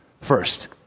First